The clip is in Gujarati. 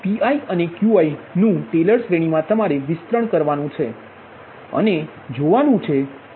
તેથી Pi અને Qi નુ ટેલર શ્રેણીમાં તમારે વિસ્તરણ કરવાનુ છે અને જોવાનું છે કે વસ્તુઓ કેવી રીતે થઈ રહી છે